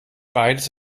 beides